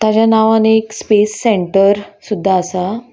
ताज्या नांवान एक स्पेस सेंटर सुद्दा आसा